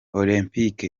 olempike